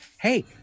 hey